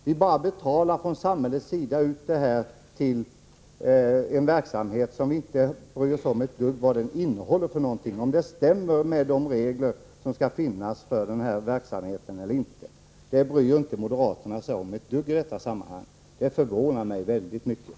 Vi betalar bara från samhällets sida ut medel till en verksamhet utan att bry oss om vad den innehåller för någonting, om den stämmer med de regler som skall finnas för den här verksamheten eller inte. Det bryr sig moderaterna 61 alltså inte om ett dugg i detta sammanhang. Det förvånar mig mycket.